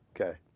okay